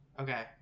Okay